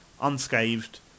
unscathed